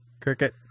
Cricket